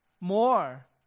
more